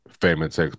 Famous